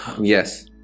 Yes